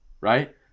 right